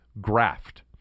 graft